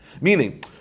Meaning